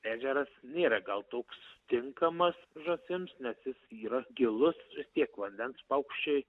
ežeras nėra gal toks tinkamas žąsims nes jis yra gilus tiek vandens paukščiai